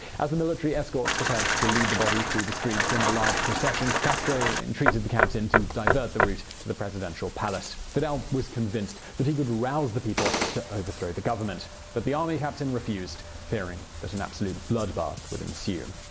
as the military escort prepared to lead the body through the streets in a large procession, castro entreated the captain to divert the route to the presidential palace. fidel was convinced that he could rouse the people to overthrow the government. but the army captain refused, fearing that and a bloodbath would ensue.